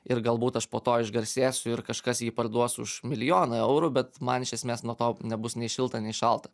ir galbūt aš po to išgarsėsiu ir kažkas jį parduos už milijoną eurų bet man iš esmės nuo to nebus nei šilta nei šalta